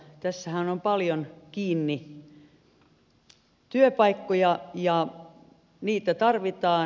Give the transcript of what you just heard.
tässähän on paljon kiinni työpaikkoja ja niitä tarvitaan